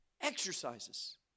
exercises